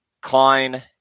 Klein